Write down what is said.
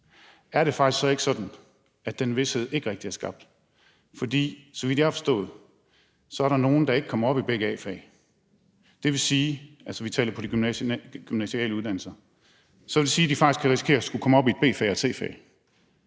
er det så faktisk ikke sådan, at den vished ikke rigtig er skabt? For så vidt jeg har forstået, er der nogle, der ikke kommer op i kun A-fag, altså vi taler om de gymnasiale uddannelser, og vil det sige, at de faktisk kan risikere at komme op i et B-fag og et C-fag.